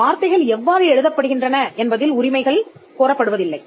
இந்த வார்த்தைகள் எவ்வாறு எழுதப்படுகின்றன என்பதில் உரிமை கோரப்படுவதில்லை